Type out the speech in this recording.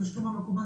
התשלום המקוון,